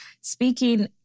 speaking